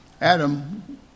Adam